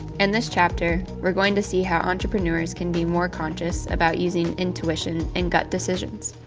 and this chapter, we're going to see how entrepreneurs can be more conscious about using intuition and gut decisions.